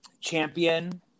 Champion